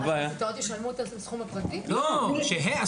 אני שילמתי בהונגריה.